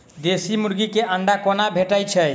देसी मुर्गी केँ अंडा कोना भेटय छै?